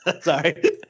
sorry